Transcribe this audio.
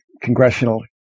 congressional